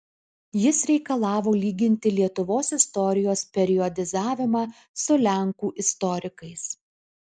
jis reikalavo lyginti lietuvos istorijos periodizavimą su lenkų istorikais